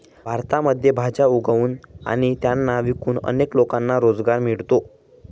भारतामध्ये भाज्या उगवून आणि त्यांना विकून अनेक लोकांना रोजगार मिळतो